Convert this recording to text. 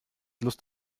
lust